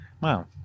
Wow